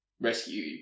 rescue